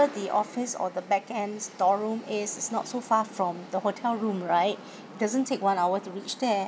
the office or the back end storeroom is it's not so far from the hotel room right doesn't take one hour to reach there